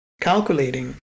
calculating